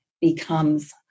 becomes